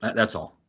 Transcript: that's all.